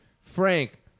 Frank